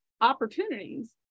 opportunities